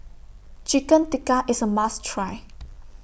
Chicken Tikka IS A must Try